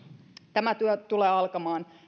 tämä työ tulee alkamaan